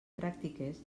pràctiques